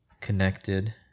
connected